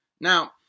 Now